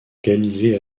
galilée